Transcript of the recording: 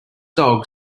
dog